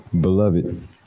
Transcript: Beloved